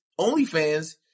OnlyFans